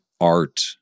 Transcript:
art